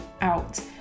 out